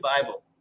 Bible